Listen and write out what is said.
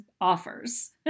offers